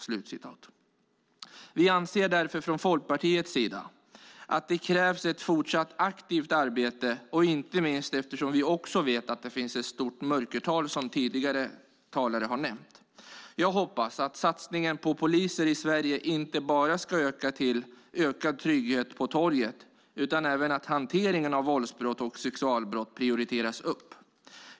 Vi i Folkpartiet anser därför att det krävs ett fortsatt aktivt arbete, inte minst eftersom vi vet att det finns ett stort mörkertal, vilket tidigare talare har nämnt. Jag hoppas att satsningen på poliser i Sverige inte bara ska leda till ökad trygghet på torget utan även till att hanteringen av våldsbrott och sexualbrott prioriteras upp.